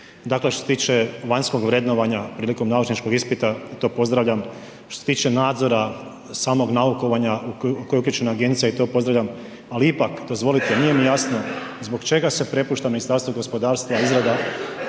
Dakle što se tiče vanjskog vrednovanja prilikom naučničkog ispita to pozdravljam. Što se tiče nadzora samog naukovanja u koji je uključena agencija i to pozdravljam ali ipak dozvolite, nije mi jasno zbog čega se prepušta Ministarstvu gospodarstva izrada